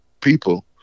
people